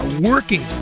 working